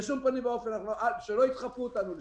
בשום פנים ואופן שלא ידחפו אותנו לשם.